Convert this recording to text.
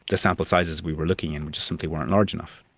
the sample sizes we were looking in just simply weren't large enough.